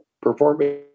performing